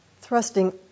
thrusting